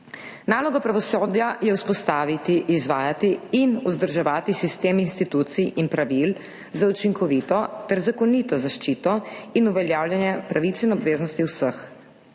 Naloga pravosodja je vzpostaviti, izvajati in vzdrževati sistem institucij in pravil za učinkovito ter zakonito zaščito in uveljavljanje pravic in obveznosti vseh.